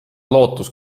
lootus